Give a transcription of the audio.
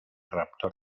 raptor